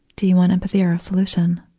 do you want empathy or a solution?